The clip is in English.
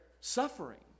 suffering